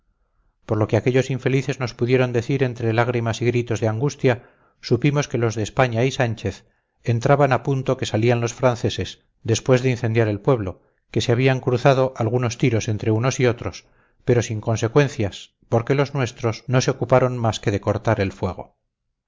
por lo que aquellos infelices nos pudieron decir entre lágrimas y gritos de angustia supimos que los de españa y sánchez entraban a punto que salían los franceses después de incendiar el pueblo que se habían cruzado algunos tiros entre unos y otros pero sin consecuencias porque los nuestros no se ocuparon más que de cortar el fuego